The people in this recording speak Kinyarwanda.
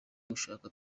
gushaka